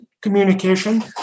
communication